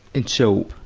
and so,